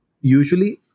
usually